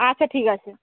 আচ্ছা ঠিক আছে